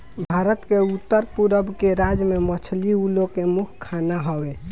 भारत के उत्तर पूरब के राज्य में मछली उ लोग के मुख्य खाना हवे